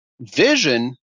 vision